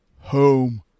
home